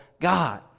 God